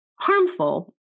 harmful